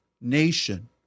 nation